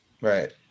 Right